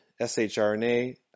shRNA